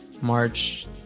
March